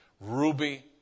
Ruby